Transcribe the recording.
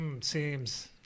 Seems